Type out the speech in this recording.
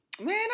Man